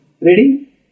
Ready